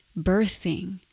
birthing